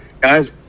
Guys